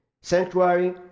sanctuary